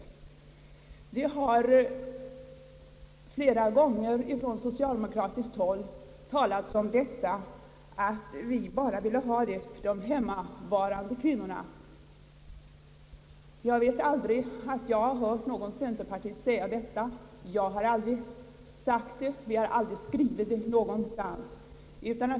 Det har flera gånger från socialdemokratiskt håll påståtts att vi bara skulle vilja ha detta bidrag för hemmavarande kvinnor, Jag vet mig aldrig ha hört någon centerpartist säga detta, jag har aldrig sagt det, vi har aldrig skrivit det någonstans.